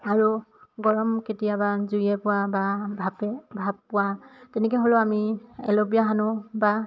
আৰু গৰম কেতিয়াবা জুয়ে পোৰা বা ভাপে ভাপ পোৰা তেনেকৈ হ'লেও আমি এল'বীয়া সানো বা